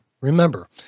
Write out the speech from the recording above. Remember